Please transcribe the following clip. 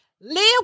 Live